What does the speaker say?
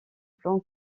plan